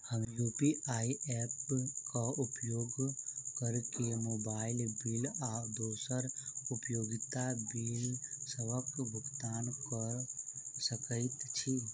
हम UPI app क उपयोग करके मोबाइल बिल आ दोसर उपयोगिता बिलसबक भुगतान कर सकइत छि